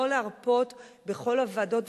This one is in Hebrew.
לא להרפות בכל הוועדות,